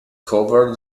covered